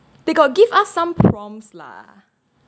they got give us some prompts lah